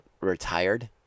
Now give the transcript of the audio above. retired